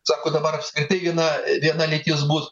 sako dabar apskritai viena viena lytis bus